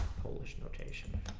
polish notation,